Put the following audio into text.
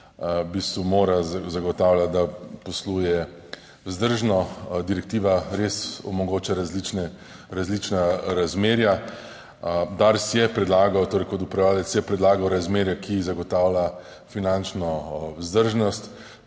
bistvu mora zagotavljati, da posluje vzdržno. Direktiva res omogoča različne, različna razmerja. Dars je predlagal, torej kot upravljavec je predlagal razmerje, ki zagotavlja finančno vzdržnost.